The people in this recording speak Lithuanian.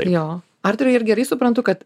jo artūr ar gerai suprantu kad